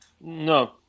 No